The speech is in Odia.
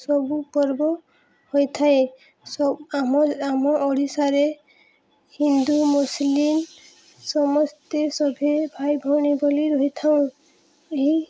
ସବୁ ପର୍ବ ହୋଇଥାଏ ସ ଆମ ଆମ ଓଡ଼ିଶାରେ ହିନ୍ଦୁ ମୁସଲିମ୍ ସମସ୍ତେ ସଭିଏଁ ଭାଇ ଭଉଣୀ ବୋଲି ରହିଥାଉ ଏହି